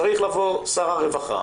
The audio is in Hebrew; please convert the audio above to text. צריך לבוא שר הרווחה,